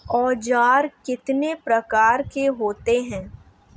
औज़ार कितने प्रकार के होते हैं?